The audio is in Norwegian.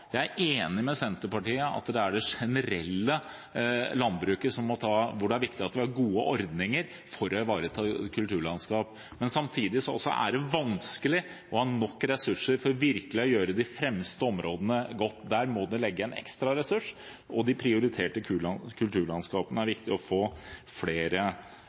jeg er enig med Senterpartiet i at det er i det generelle landbruket det er viktig at vi har gode ordninger for å ivareta kulturlandskapet, men samtidig er det vanskelig å ha nok ressurser til virkelig å gjøre de fremste områdene bra. Der må en legge inn en ekstra ressurs, og prioriterte kulturlandskap er det viktig å få flere